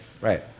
Right